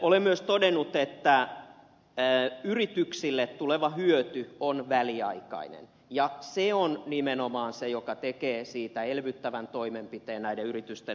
olen myös todennut että yrityksille tuleva hyöty on väliaikainen ja se on nimenomaan se joka tekee siitä elvyttävän toimenpiteen näiden yritysten näkökulmasta